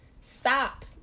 stop